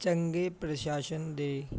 ਚੰਗੇ ਪ੍ਰਸ਼ਾਸਨ ਦੇ